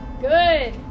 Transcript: Good